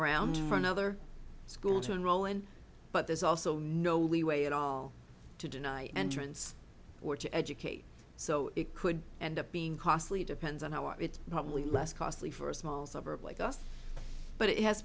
around for another school to enroll in but there's also no leeway at all to deny entrance or to educate so it could end up being costly depends on how it's probably less costly for a small suburb like us but it has